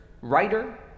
writer